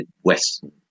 western